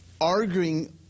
arguing